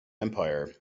empire